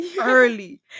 early